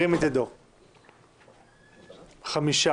5 נמנעים,